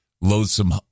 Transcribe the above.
loathsome